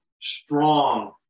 strong